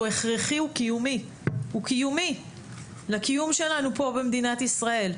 הוא הכרחי, הוא קיומי לקיום שלנו פה במדינת ישראל.